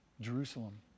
Jerusalem